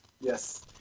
Yes